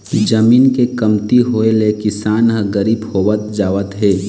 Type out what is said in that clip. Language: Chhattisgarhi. जमीन के कमती होए ले किसान ह गरीब होवत जावत हे